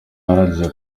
uhagarariye